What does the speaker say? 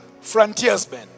Frontiersmen